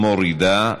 מורידה,